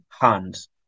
hands